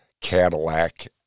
Cadillac